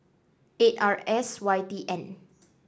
eight R S Y T N